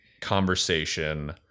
conversation